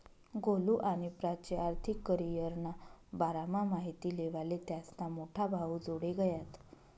गोलु आणि प्राची आर्थिक करीयरना बारामा माहिती लेवाले त्यास्ना मोठा भाऊजोडे गयात